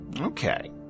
Okay